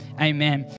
Amen